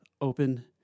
open